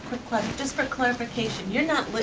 question, just for clarification, you're not,